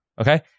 Okay